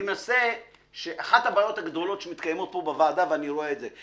אני מנסה שאחת הבעיות הגדולות שמתקיימות פה בוועדה ואני רואה את זה,